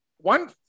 one